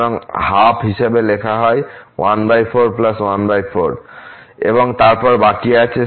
সুতরাং 12 হিসাবে লেখা হয় এবং তারপর বাকি আছে